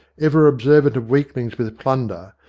ever observant of weaklings with plunder,